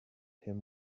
him